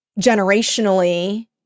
generationally